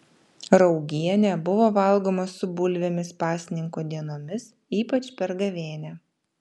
raugienė buvo valgoma su bulvėmis pasninko dienomis ypač per gavėnią